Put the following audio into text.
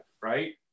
right